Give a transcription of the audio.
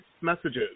messages